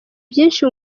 byinshi